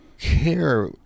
care